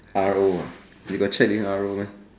R_O ah they got check this R_O meh